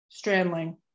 strandling